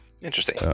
Interesting